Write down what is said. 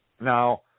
Now